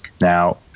Now